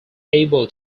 able